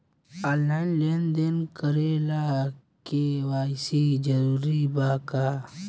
Online लेन देन करे ला के.वाइ.सी जरूरी बा का?